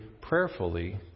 prayerfully